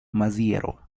maziero